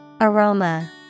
Aroma